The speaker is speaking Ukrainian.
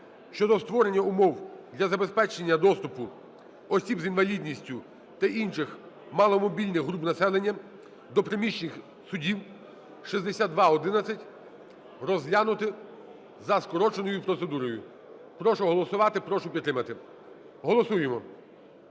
щодо створення умов для забезпечення доступу осіб з інвалідністю та інших маломобільних груп населення до приміщень судів (6211) розглянути за скороченою процедурою. Прошу голосувати, прошу підтримати. Голосуємо,